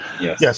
Yes